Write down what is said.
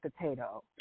potato